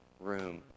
room